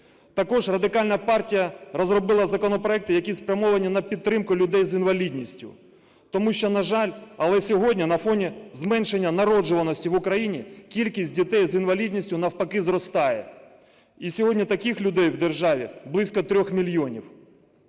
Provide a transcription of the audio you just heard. Також Радикальна партія розробила законопроекти, які спрямовані на підтримку людей з інвалідністю. Тому що, на жаль, але сьогодні на фоні зменшення народжуваності в Україні кількість дітей з інвалідністю навпаки зростає. І сьогодні таких людей в державі близько 3 мільйонів.